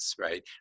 right